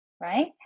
right